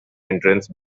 entrance